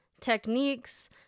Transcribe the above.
techniques